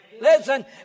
Listen